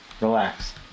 relax